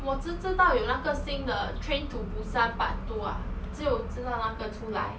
我只知道有那个新的 train to busan part two ah 只有知道那个出来